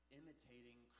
imitating